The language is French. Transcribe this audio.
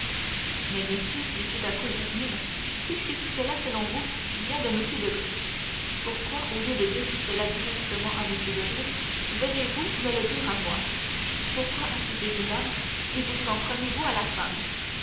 mais monsieur dit tout à coup hermine puisque tout cela selon vous vient de m debray pourquoi au lieu de dire tout cela directement à m debray venez-vous me le dire à moi pourquoi accusez-vous l'homme et vous en prenez-vous à la femme